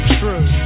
true